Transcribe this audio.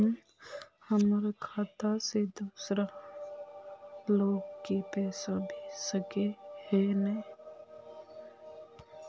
हमर खाता से दूसरा लोग के पैसा भेज सके है ने?